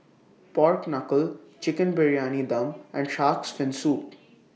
Pork Knuckle Chicken Briyani Dum and Shark's Fin Soup